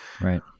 right